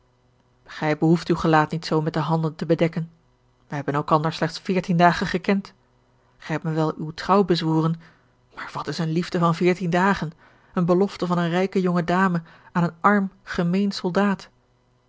gij behoeft uw gelaat niet zoo met de handen te bedekken wij hebben elkander slechts veertien dagen gekend gij hebt mij wel uwe trouw bezworen maar wat is eene liefde van veertien dagen eene belofte van eene rijke jonge dame aan een arm gemeen soldaat